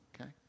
okay